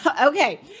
okay